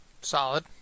solid